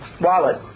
wallet